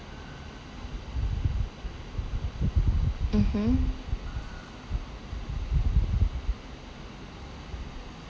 mmhmm